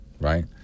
right